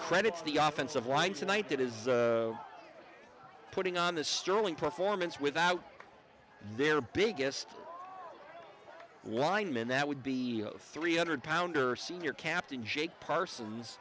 credits the office of winds a night that is putting on a sterling performance without their biggest linemen that would be three hundred pounder senior captain jake parsons